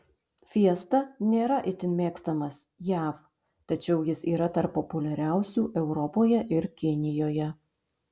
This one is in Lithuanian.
fiesta nėra itin mėgstamas jav tačiau jis yra tarp populiariausių europoje ir kinijoje